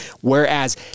whereas